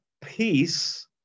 Peace